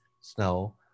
snow